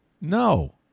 No